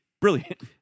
brilliant